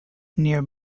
near